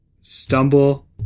stumble